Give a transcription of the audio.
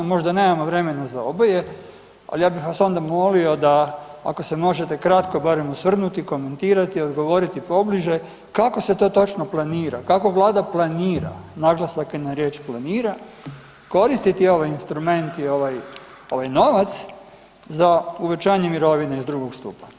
Možda nemamo vremena za oboje, ali ja bih vas onda molio da ako se možete kratko barem osvrnuti i komentirati i odgovoriti pobliže, kako se to točno planira, kako vlada planira, naglasak je na riječi „planira“ koristiti ovaj instrument i ovaj, ovaj novac za uvećanje mirovine iz drugog stupa?